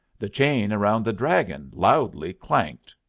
the chain round the dragon loudly clanked.